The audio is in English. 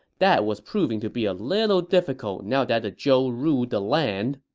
that was proving to be a little difficult now that the zhou ruled the land.